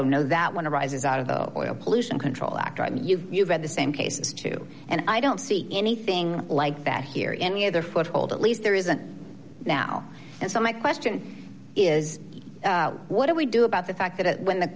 oh no that one arises out of the oil pollution control act i mean you've read the same cases too and i don't see anything like that here any other foothold at least there isn't now and so my question is what do we do about the fact that when the